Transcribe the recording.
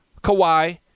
Kawhi